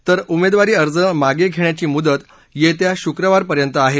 तर उमेदवारी अर्ज मागे घेण्याची मुदत येत्या शुक्रवारपर्यंत आहे